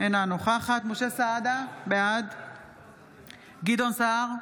אינה נוכחת משה סעדה, בעד גדעון סער,